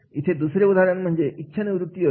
इथे दुसरे उदाहरण म्हणजे इच्छा निवृत्ती योजना